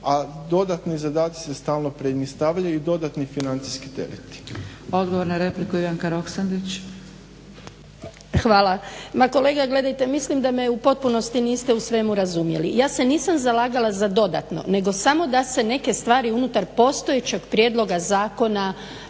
a dodatni zadaci se stalno pred njih stavljaju i dodatni financijski tereti. **Zgrebec, Dragica (SDP)** Odgovor na repliku, Ivanka Roksandić. **Roksandić, Ivanka (HDZ)** Hvala. Ma kolega gledajte, mislim da me u potpunosti niste u svemu razumjeli. Ja se nisam zalagala za dodatno nego samo da se neke stvari unutar postojećeg prijedloga zakona